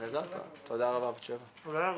תודה רבה בת שבע.